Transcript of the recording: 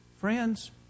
Friends